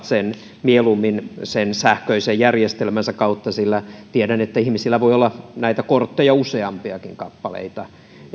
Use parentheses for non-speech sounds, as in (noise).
(unintelligible) sen mieluummin sähköisen järjestelmänsä kautta sillä tiedän että ihmisillä voi olla näitä kortteja useampiakin kappaleita